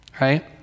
right